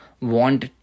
want